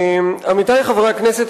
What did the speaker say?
עמיתי חברי הכנסת,